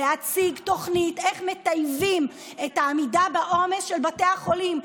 להציג תוכנית איך מטייבים את העמידה בעומס של בתי חולים,